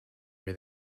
were